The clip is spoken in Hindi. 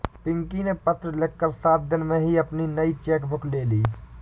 पिंकी ने पत्र लिखकर सात दिन में ही अपनी नयी चेक बुक ले ली